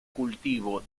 cultivo